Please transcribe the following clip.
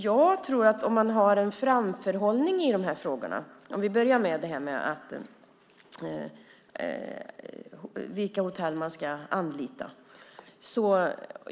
Jag tror att man ska ha en framförhållning, om jag börjar med vilka hotell man ska anlita.